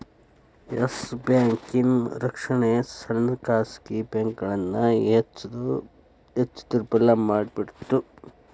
S ಬ್ಯಾಂಕಿನ್ ರಕ್ಷಣೆ ಸಣ್ಣ ಖಾಸಗಿ ಬ್ಯಾಂಕ್ಗಳನ್ನ ಹೆಚ್ ದುರ್ಬಲಮಾಡಿಬಿಡ್ತ್